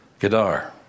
Gadar